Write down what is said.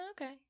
okay